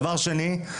דבר שני,